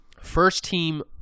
first-team